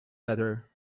better